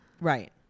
right